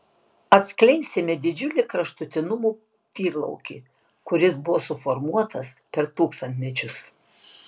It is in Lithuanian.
atskleisime didžiulį kraštutinumų tyrlaukį kuris buvo suformuotas per tūkstantmečius